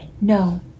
no